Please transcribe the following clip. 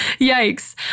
Yikes